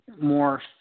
more